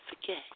forget